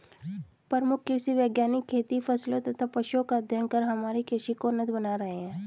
प्रमुख कृषि वैज्ञानिक खेती फसलों तथा पशुओं का अध्ययन कर हमारी कृषि को उन्नत बना रहे हैं